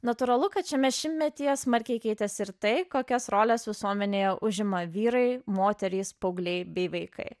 natūralu kad šiame šimtmetyje smarkiai keitėsi ir tai kokias roles visuomenėje užima vyrai moterys paaugliai bei vaikai